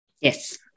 Yes